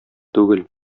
түгел